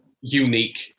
unique